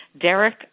Derek